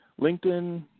LinkedIn